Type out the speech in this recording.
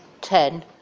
ten